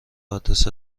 آدرس